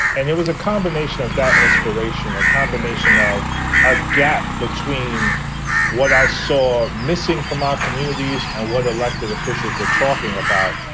and it was a combination of that inspiration. a combination of a gap between what i saw missing from our communities and what elected officials were talking about.